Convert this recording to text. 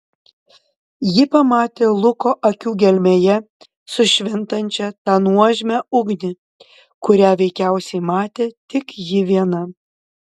ji pamatė luko akių gelmėje sušvintančią tą nuožmią ugnį kurią veikiausiai matė tik ji viena